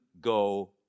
go